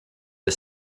the